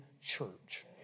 church